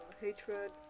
hatred